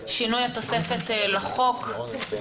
(שינוי התוספת לחוק), התש"ף-2020.